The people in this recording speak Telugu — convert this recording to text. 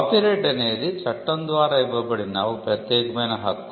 కాపీరైట్ అనేది చట్టం ద్వారా ఇవ్వబడిన ఒక ప్రత్యేకమైన హక్కు